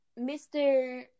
Mr